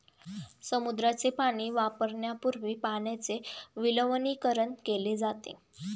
समुद्राचे पाणी वापरण्यापूर्वी पाण्याचे विलवणीकरण केले जाते